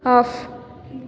off